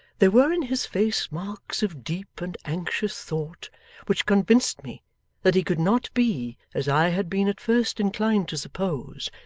there were in his face marks of deep and anxious thought which convinced me that he could not be, as i had been at first inclined to suppose,